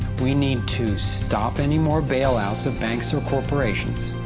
we need to stop any more bailouts of banks or corporations